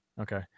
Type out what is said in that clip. Okay